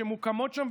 שמוקמות שם,